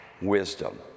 wisdom